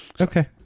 Okay